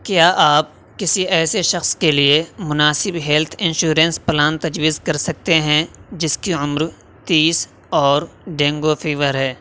کیا آپ کسی ایسے شخص کے لیے مناسب ہیلتھ انشورنس پلان تجویز کر سکتے ہیں جس کی عمر تیس اور ڈینگو فیور ہے